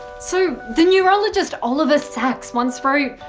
so, the neurologist oliver sacks once wrote,